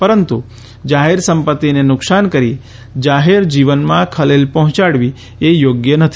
પરંતુ જાહેર સંપત્તિને નુકસાન કરી જાહેર જીવનમાં ખલેલ પહોંચાડવી એ યોગ્ય નથી